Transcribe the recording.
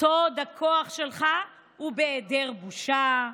סוד הכוח שלך הוא בהיעדר הבושה,